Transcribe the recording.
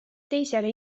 teisele